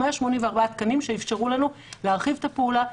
184 תקנים שאפשרו לנו להרחיב את הפעולה,